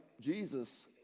Jesus